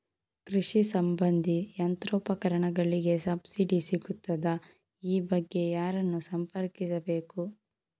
ಕೃಷಿ ಸಂಬಂಧಿ ಯಂತ್ರೋಪಕರಣಗಳಿಗೆ ಸಬ್ಸಿಡಿ ಸಿಗುತ್ತದಾ? ಈ ಬಗ್ಗೆ ಯಾರನ್ನು ಸಂಪರ್ಕಿಸಬೇಕು?